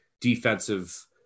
defensive